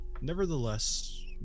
Nevertheless